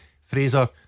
Fraser